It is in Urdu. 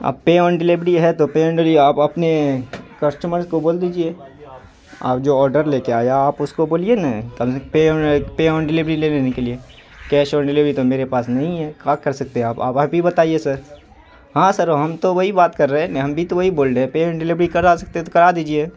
اب پے آن ڈلیوری ہے تو پے آن ڈلیوری آپ اپنے کسٹمر کو بول دیجیے اب جو آڈر لے کے آیا اس کو بولیے نا pay on pay on delivery لے لینے کے لیے کیش آن ڈلیوری تو میرے پاس نہیں ہے کیا کر سکتے آپ اب آپ ہی بتائیے سر ہاں سر ہم تو وہی بات کر رہے ہیں نا ہم بھی تو وہی بول رہے ہیں پے آن ڈلیوری کرا سکتے ہیں تو کرا دیجیے